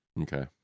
Okay